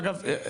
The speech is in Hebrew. אגב,